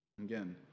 Again